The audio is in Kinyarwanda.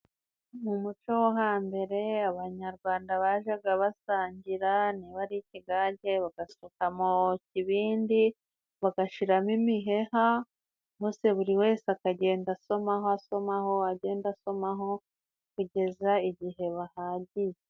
Mu muco wo hambere, abanyarwanda bajaga basangira niba ari ikigage bagasuka mu kibindi bagashiramo imiheha, maze buri wese akagenda asomaho asomaho agenda asomaho kugeza igihe bahagiye.